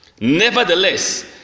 nevertheless